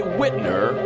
Whitner